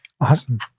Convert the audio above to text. awesome